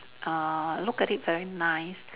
uh look at it very nice